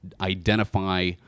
identify